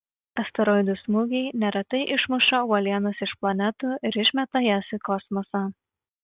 asteroidų smūgiai neretai išmuša uolienas iš planetų ir išmeta jas į kosmosą